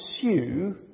pursue